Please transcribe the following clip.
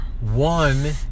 One